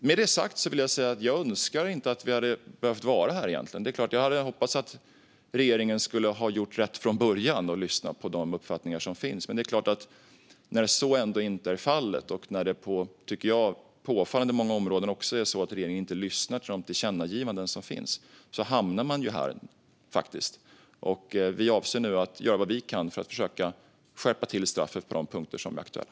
Med detta sagt vill jag säga att jag önskar att vi inte hade behövt vara här egentligen. Jag hade hoppats att regeringen skulle ha gjort rätt från början och lyssnat på de uppfattningar som finns. Men när så ändå inte är fallet och regeringen på påfallande många områden, tycker jag, inte lyssnar på de tillkännagivanden som finns hamnar man ju här. Vi avser nu att göra vad vi kan för att skärpa straffen på de punkter som är aktuella.